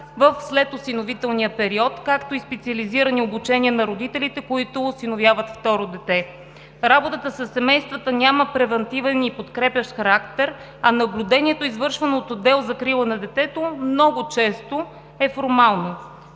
в следосиновителния период, както и специализирани обучения на родителите, които осиновяват второ дете. Работата със семействата няма превантивен и подкрепящ характер, а наблюдението, извършвано от отдел „Закрила на детето“, много често е формално.